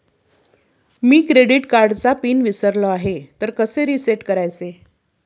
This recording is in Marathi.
मी क्रेडिट कार्डचा पिन विसरलो आहे तर कसे रीसेट करायचे?